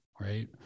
right